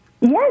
Yes